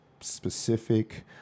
specific